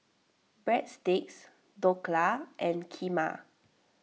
Breadsticks Dhokla and Kheema